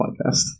podcast